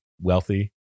wealthy